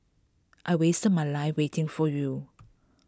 I wasted my life waiting for you